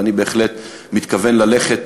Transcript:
ואני בהחלט מתכוון ללכת,